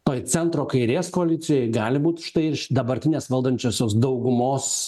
toj centro kairės koalicijoj gali būt štai iš dabartinės valdančiosios daugumos